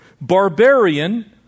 Barbarian